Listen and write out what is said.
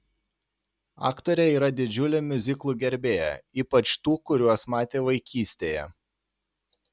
aktorė yra didžiulė miuziklų gerbėja ypač tų kuriuos matė vaikystėje